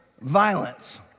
violence